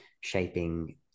shaping